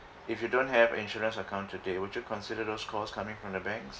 if you don't have insurance account today would you consider those calls coming from the bank